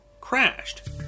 crashed